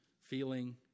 feeling